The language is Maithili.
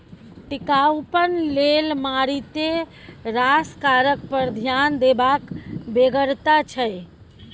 टिकाउपन लेल मारिते रास कारक पर ध्यान देबाक बेगरता छै